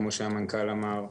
כמו שהמנכ"ל אמר,